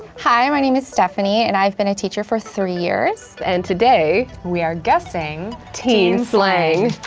hi, my name is stephanie and i've been a teacher for three years. and today. we are guessing. teen slang.